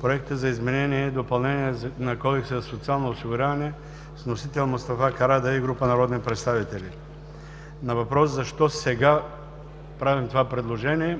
Проектът за изменение и допълнение на Кодекса за социално осигуряване с вносител Мустафа Карадайъ и група народни представители. На въпроса – защо сега правим това предложение,